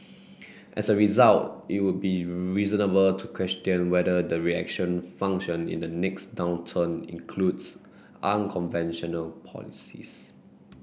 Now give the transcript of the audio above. as a result it would be reasonable to question whether the reaction function in the next downturn includes unconventional policies